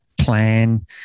plan